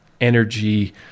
energy